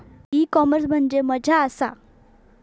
E commerce म्हणजे मझ्या आसा?